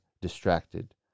distracted